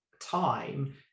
time